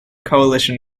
coalition